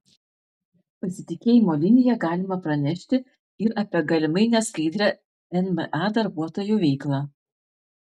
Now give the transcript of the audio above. pasitikėjimo linija galima pranešti ir apie galimai neskaidrią nma darbuotojų veiklą